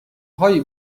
هایی